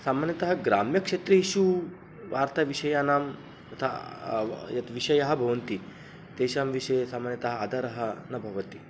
सामान्यतः ग्राम्यक्षेत्रेषु वार्ताविषयानां तथा यत् विषयाः भवन्ति तेषां विषये सामान्यतः आधारः न भवति